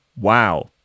Wow